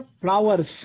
flowers